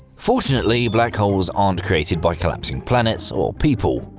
fortunately, black holes aren't created by collapsing planets or people,